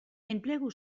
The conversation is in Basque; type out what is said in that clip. enplegu